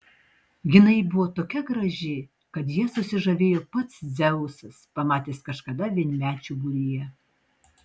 jinai buvo tokia graži kad ja susižavėjo pats dzeusas pamatęs kažkada vienmečių būryje